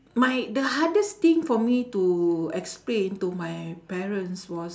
my the hardest thing for me to explain to my parents was